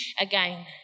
again